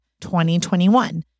2021